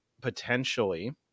potentially